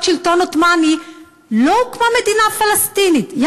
שלטון עות'מאני לא הוקמה מדינה פלסטינית?